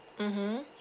mmhmm